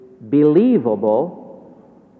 believable